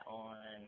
on